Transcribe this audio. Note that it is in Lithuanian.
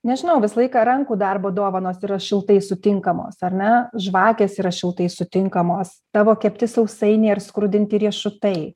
nežinau visą laiką rankų darbo dovanos yra šiltai sutinkamos ar ne žvakės yra šiltai sutinkamos tavo kepti sausainiai ar skrudinti riešutai